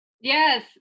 yes